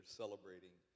celebrating